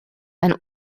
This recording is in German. ein